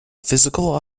physical